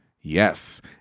Yes